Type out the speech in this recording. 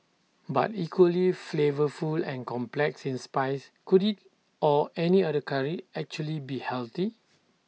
but equally flavourful and complex in spice could IT or any other Curry actually be healthy